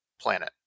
planet